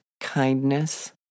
kindness